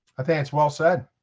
think it's well said.